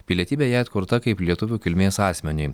pilietybė jai atkurta kaip lietuvių kilmės asmeniui